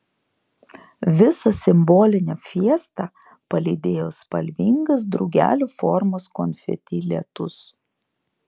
visą simbolinę fiestą palydėjo spalvingas drugelių formos konfeti lietus